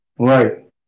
Right